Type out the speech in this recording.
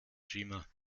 schimmer